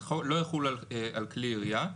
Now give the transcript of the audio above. זה לא יחול על כלי ירייה,